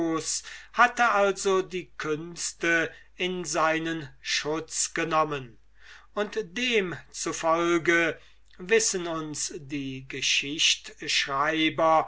hatte also die künste in seinen schutz genommen und dem zufolge wissen uns die geschichtschreiber